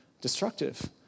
destructive